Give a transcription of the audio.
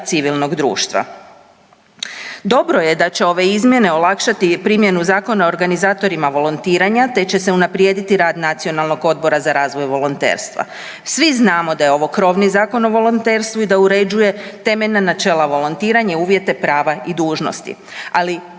civilnog društva. Dobro je da će ove izmjene olakšati i primjenu zakona organizatorima volontiranja, te će se unaprijediti rad Nacionalnog odbora za razvoj volonterstva. Svi znamo da je ovo krovni Zakon o volonterstvu i da uređuje temeljna načela volontiranja, uvjete, prava i dužnosti. Ali